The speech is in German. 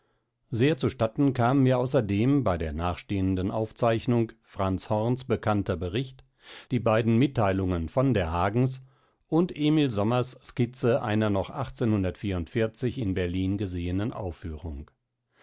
sehr zu statten kamen mir außerdem bei der nachstehenden aufzeichnung franz horns bekannter bericht die beiden mittheilungen von der hagens und emil sommers skizze einer noch in berlin gesehenen aufführung